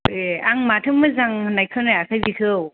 ए आं माथो मोजां होननाय खोनायाखै बेखौ